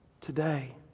today